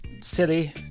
silly